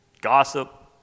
Gossip